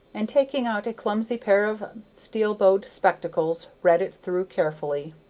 and taking out a clumsy pair of steel-bowed spectacles, read it through carefully.